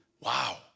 wow